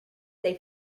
they